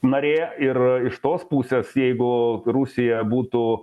narė ir iš tos pusės jeigu rusija būtų